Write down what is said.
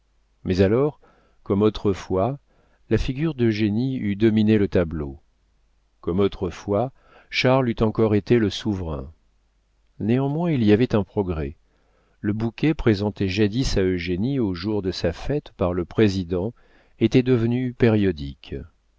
mais alors comme autrefois la figure d'eugénie eût dominé le tableau comme autrefois charles eût encore été là le souverain néanmoins il y avait un progrès le bouquet présenté jadis à eugénie aux jours de sa fête par le président était devenu périodique